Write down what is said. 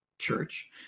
church